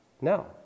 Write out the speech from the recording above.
No